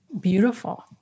beautiful